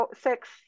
six